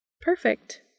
Perfect